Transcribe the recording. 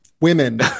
women